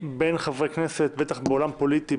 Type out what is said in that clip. בין חברי כנסת בטח בעולם פוליטי,